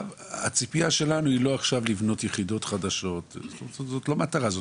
הציפייה שלנו היא לא לבנות עכשיו יחידות חדשות זאת לא מטרה,